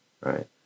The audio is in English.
Right